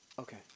okay